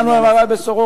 נתנו MRI ל"סורוקה".